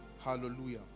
Hallelujah